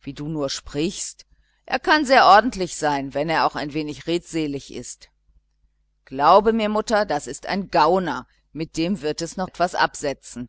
wie du nur sprichst er kann sehr ordentlich sein wenn er auch ein wenig redselig ist glaube mir mutter das ist ein gauner mit dem wird es noch was absetzen